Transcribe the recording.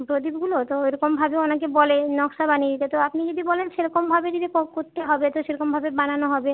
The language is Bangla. প্রদীপগুলো তো এরকমভাবে অনেকে বলে নকশা বানিয়ে দিতে তো আপনি যদি বলেন সেরকমভাবে যদি করতে হবে তো সেরকমভাবে বানানো হবে